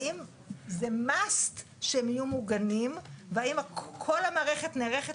האם זה must שהם יהיו מוגנים והאם כל המערכת נערכת